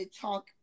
talk